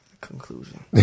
Conclusion